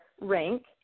rank